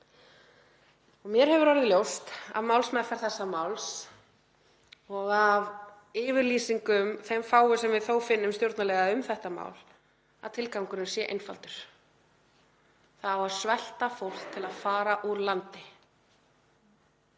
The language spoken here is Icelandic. Mér hefur orðið ljóst af málsmeðferð þessa máls og af yfirlýsingum, þeim fáu sem við þó finnum, stjórnarliða um þetta mál að tilgangurinn sé einfaldur: Það á að svelta fólk til að fara úr landi.